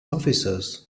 officers